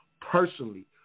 personally